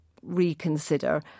reconsider